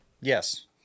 Yes